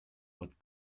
but